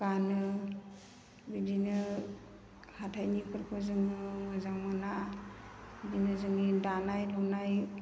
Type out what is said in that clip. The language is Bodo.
गानो बिदिनो हाथायनिफोरखौ जोङो मोजां मोना बिदिनो जोंनि दानाय लुनाय